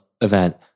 event